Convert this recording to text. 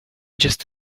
just